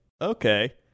okay